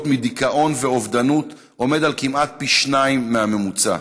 מדיכאון ואובדנות עומד על כמעט פי שניים מהממוצע.